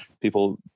People